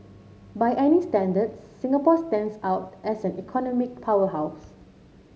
by any standard Singapore stands out as an economic powerhouse